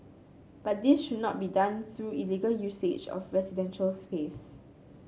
but this should not be done through illegal usage of residential space